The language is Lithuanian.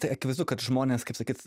tai akivaizdu kad žmonės kaip sakyt